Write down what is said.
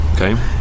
Okay